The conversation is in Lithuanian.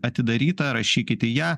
atidaryta rašykit į ją